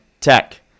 Tech